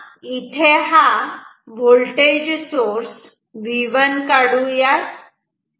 तेव्हा येथे हा व्होल्टेज सोर्स V1 काढूयात